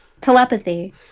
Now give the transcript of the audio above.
Telepathy